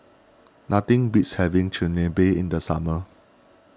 nothing beats having Chigenabe in the summer